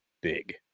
big